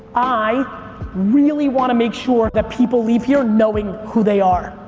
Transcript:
i really wanna make sure that people leave here knowing who they are.